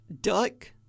duck